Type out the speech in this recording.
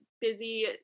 busy